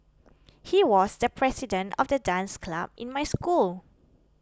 he was the president of the dance club in my school